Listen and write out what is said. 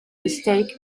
mistake